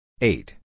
Eight